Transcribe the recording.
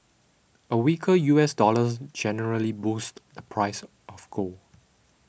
a weaker U S dollar generally boosts the price of gold